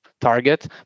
target